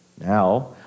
Now